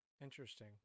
Interesting